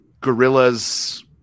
gorillas